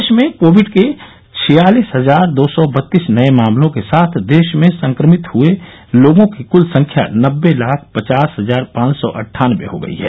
देश में कोविड के छियालिस हजार दो सौ बत्तीस नये मामलों के साथ देश में संक्रमित हए लोगों की क्ल संख्या नबे लाख पचास हजार पांच सौ अन्ठानबे हो गई है